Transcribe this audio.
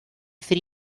three